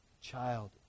child